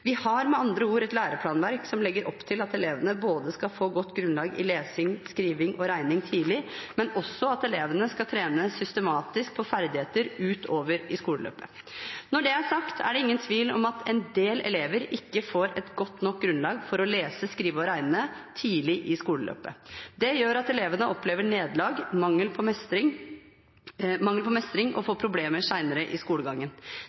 Vi har med andre ord et læreplanverk som legger opp til at elevene skal få godt grunnlag i både lesing, skriving og regning tidlig, men også til at elevene skal trene systematisk på ferdigheter utover i skoleløpet. Når det er sagt, er det ingen tvil om at en del elever ikke får et godt nok grunnlag for å lese, skrive og regne tidlig i skoleløpet. Det gjør at elevene opplever nederlag og mangel på mestring og får problemer senere i skolegangen.